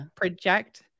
project